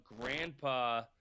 grandpa